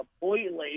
completely